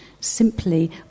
Simply